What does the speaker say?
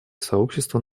сообщество